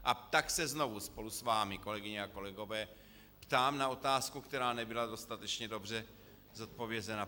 A tak se znovu spolu s vámi, kolegyně a kolegové, ptám na otázku, která nebyla dostatečně dobře zodpovězena.